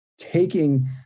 taking